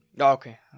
okay